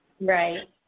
Right